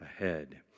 ahead